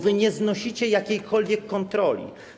wy nie znosicie jakiejkolwiek kontroli.